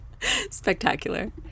Spectacular